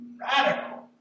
radical